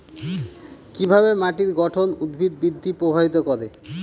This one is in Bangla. কিভাবে মাটির গঠন উদ্ভিদ বৃদ্ধি প্রভাবিত করে?